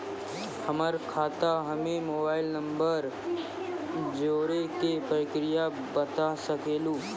हमर खाता हम्मे मोबाइल नंबर जोड़े के प्रक्रिया बता सकें लू?